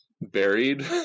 buried